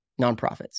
nonprofits